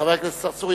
חבר הכנסת צרצור,